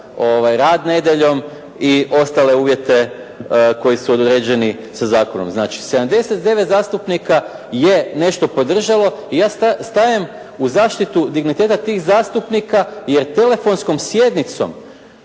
rad nedjeljom i ostale uvijete koji su određeni sa zakonom. Znači 79 zastupnika je nešto podržalo i ja stajem u zaštitu digniteta tih zastupnika jer telefonskom sjednicom